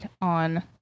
on